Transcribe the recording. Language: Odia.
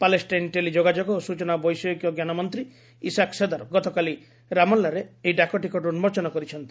ପାଲେଷ୍ଟାଇନ୍ ଟେଲି ଯୋଗାଯୋଗ ଓ ସୂଚନା ବୈଷୟିକ ଜ୍ଞାନ ମନ୍ତ୍ରୀ ଇଶାକ୍ ସେଦର୍ ଗତକାଲି ରାମଲ୍ଲାରେ ଏହି ଡାକଟିକଟ ଉନ୍କୋଚନ କରିଛନ୍ତି